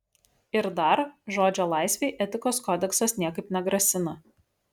ir dar žodžio laisvei etikos kodeksas niekaip negrasina